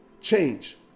change